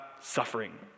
suffering